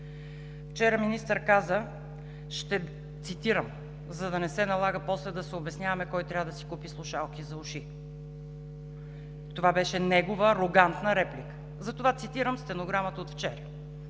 Вчера министър каза, ще цитирам, за да не се налага после да се обясняваме кой трябва да си купи слушалки за уши. Това беше негова арогантна реплика, затова цитирам стенограмата от вчера.